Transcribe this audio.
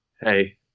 Hey